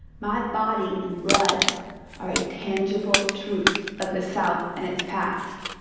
my body and blood are a tangible truth of the south and its past.